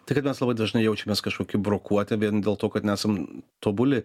tai kad mes labai dažnai jaučiamės kažkoki brokuoti vien dėl to kad nesam tobuli